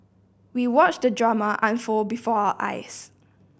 we watched the drama unfold before our eyes